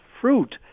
fruit